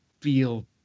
feel